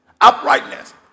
uprightness